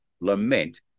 lament